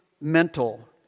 mental